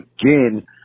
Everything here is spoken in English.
again